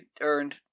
earned